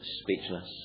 speechless